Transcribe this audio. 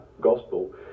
gospel